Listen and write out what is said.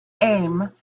aim